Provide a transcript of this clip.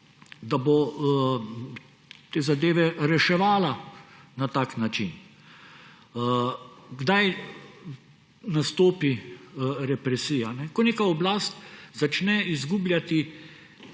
da bo te zadeve reševala na tak način. Kdaj nastopi represija? Ko neka oblast začne izgubljati